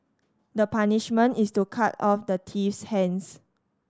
the punishment is to cut off the thief's hands